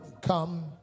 come